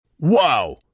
Wow